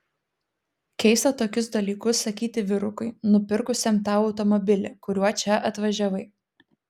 keista tokius dalykus sakyti vyrukui nupirkusiam tau automobilį kuriuo čia atvažiavai